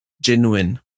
genuine